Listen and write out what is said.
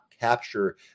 Capture